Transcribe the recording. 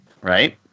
Right